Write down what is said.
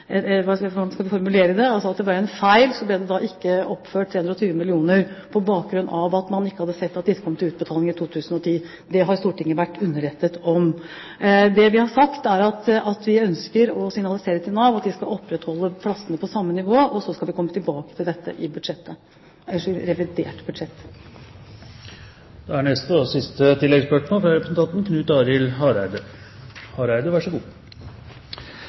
sett at disse pengene kom til utbetaling i 2010. Det har Stortinget vært underrettet om. Det vi har sagt, er at vi ønsker å signalisere til Nav at de skal opprettholde plassene på samme nivå, og så skal vi komme tilbake til dette i revidert budsjett. Knut Arild Hareide – til oppfølgingsspørsmål. Eg vil få ønskje arbeidsministeren velkommen til spontanspørretimen, men eg hadde gjerne ønskt at det var ei anna sak ho måtte fronte her, for dette er